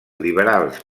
liberals